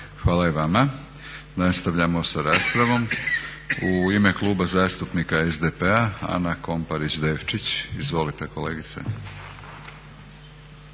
Hvala i vama. Nastavljamo sa raspravom. U ime Kluba zastupnika SDP-a Ana Komparić Devčić, izvolite kolegice.